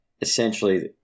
essentially